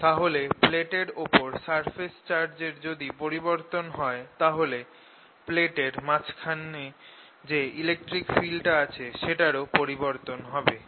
তাহলে প্লেট এর ওপর সারফেস চার্জ এর যদি পরিবর্তন হয় তাহলে প্লেট এর মাঝখানে যে ইলেকট্রিক ফিল্ডটা আছে সেটারও পরিবর্তন হবে